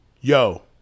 yo